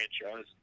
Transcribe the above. franchise